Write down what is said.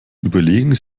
überlegen